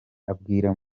abwira